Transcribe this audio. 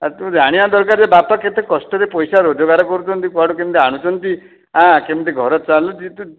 ଆଉ ତୁ ଜାଣିବା ଦରକାର ଯେ ବାପା କେତେ କଷ୍ଟରେ ପଇସା ରୋଜଗାର କରୁଛନ୍ତି କୁଆଡ଼ୁ କେମିତି ଆଣୁଛନ୍ତି ଆ କେମିତି ଘର ଚାଲୁଛି ତୁ